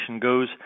goes